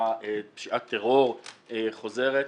פשיעת טרור חוזרת,